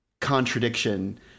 contradiction